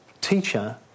teacher